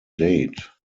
date